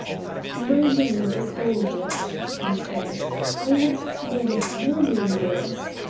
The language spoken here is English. my name is aldrich, he said i want to know what your name is?